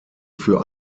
für